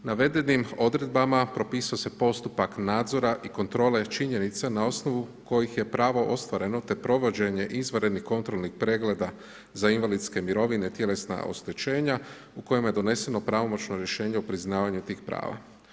Navedenim odredbama propisuje se postupak nadzora i kontrole činjenica na osnovu kojih je pravo ostvareno te provođenje izvanrednih kontrolnih pregleda za invalidske mirovine, tjelesna oštećenja u kojima je doneseno pravomoćno rješenje o priznavanju tih prava.